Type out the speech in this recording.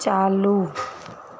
चालू